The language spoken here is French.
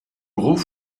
gros